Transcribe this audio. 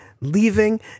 leaving